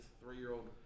three-year-old